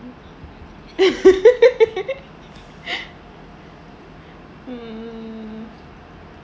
mm